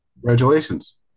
Congratulations